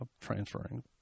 transferring